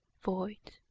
void.